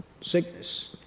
sickness